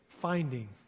finding